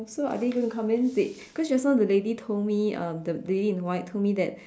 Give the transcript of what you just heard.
so are they gonna come in they cause just now the lady told me um the lady in white told me that